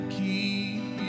keep